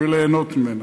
וליהנות ממנה.